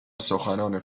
سخنان